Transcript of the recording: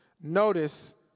Notice